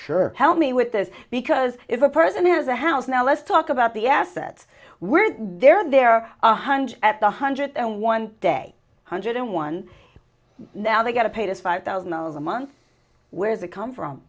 sure help me with this because if a person has a house now let's talk about the assets we're there they're one hundred at one hundred and one day hundred in one now they got to pay this five thousand dollars a month where they come from